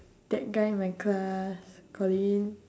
that guy in my class colin